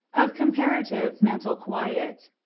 of comparative mental quiet.